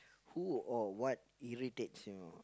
who or what irritates you